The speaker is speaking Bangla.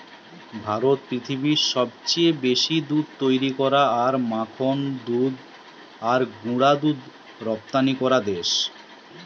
ভারত পৃথিবীর সবচেয়ে বেশি দুধ তৈরী করা আর মাখন দুধ আর গুঁড়া দুধ রপ্তানি করা দেশ